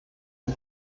der